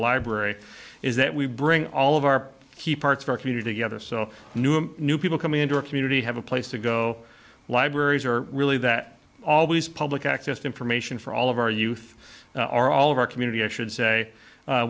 library is that we bring all of our key parts of our community together so new and new people come into our community have a place to go libraries are really that always public access information for all of our youth are all of our community i should say